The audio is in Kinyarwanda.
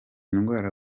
ndwara